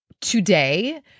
today